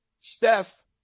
Steph